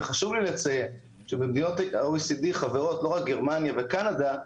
וחשוב לי לציין שבמדינות ה-OECD חברות לא רק גרמניה וקנדה,